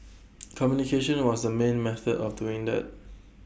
communication was the main method of doing that